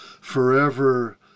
forever